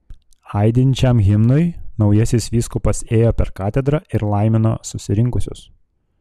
aidint šiam himnui naujasis vyskupas ėjo per katedrą ir laimino susirinkusius